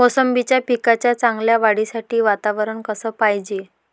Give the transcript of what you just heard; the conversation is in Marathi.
मोसंबीच्या पिकाच्या चांगल्या वाढीसाठी वातावरन कस पायजे?